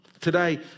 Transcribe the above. Today